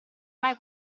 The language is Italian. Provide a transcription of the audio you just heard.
mai